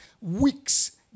weeks